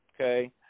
okay